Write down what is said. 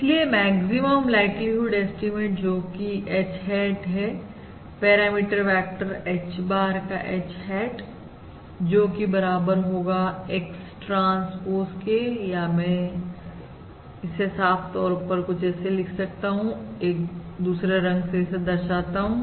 इसलिए maximum likelihood estimate जोकि H hat है पैरामीटर वेक्टर Hbar का H hat जोकि बराबर होगा X ट्रांसपोज के या मैं से साफ तौर पर कुछ ऐसे भी लिख सकता हूं एक दूसरे रंग से इसे दर्शाता हूं